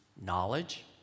knowledge